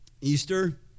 Easter